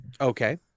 Okay